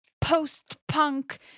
post-punk